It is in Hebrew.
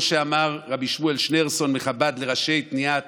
שאמר רבי שמואל שניאורסון מחב"ד לראשי תנועת